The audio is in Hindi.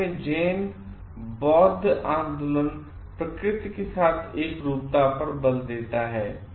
जापान में ज़ेन बौद्ध आंदोलन प्रकृति के साथ एकरूपता पर बल देता है